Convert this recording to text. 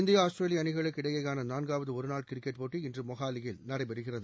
India Australia அணிகளுக்கு இடையேயான நான்காவது ஒருநாள் கிரிக்கெட் போட்டி இன்று மொஹாலியில் நடைபெறுகிறது